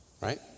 right